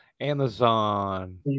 Amazon